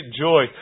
joy